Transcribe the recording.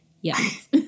Yes